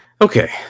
Okay